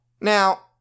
Now